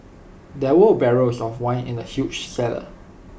there were barrels of wine in the huge cellar